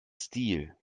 stil